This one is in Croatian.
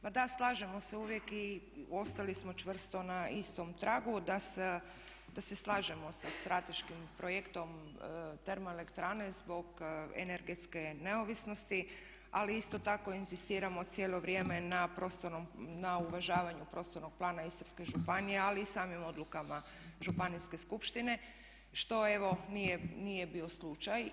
Ma da slažemo se uvijek i ostali smo čvrsto na istom tragu da se slažemo sa strateškim projektom termoelektrane zbog energetske neovisnosti, ali isto tako inzistiramo cijelo vrijeme na uvažavanju prostornog plana Istarske županije, ali i samim odlukama Županijske skupštine što evo nije bio slučaj.